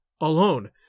alone